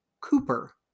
cooper